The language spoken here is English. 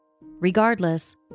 Regardless